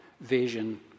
vision